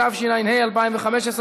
התשע"ה 2015,